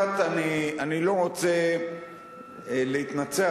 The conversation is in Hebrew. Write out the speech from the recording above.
אני לא רוצה להתנצח,